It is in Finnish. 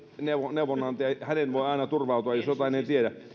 neuvonantaja häneen voi aina turvautua jos jotain ei tiedä